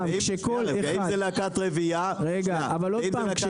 ואם זה להקת רבייה --- אבל עוד פעם,